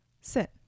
sit